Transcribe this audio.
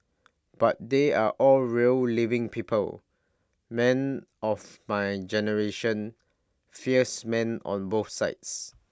but they are all real living people men of my generation fierce men on both sides